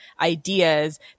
ideas